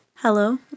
Hello